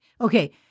Okay